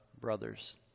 brothers